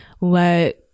let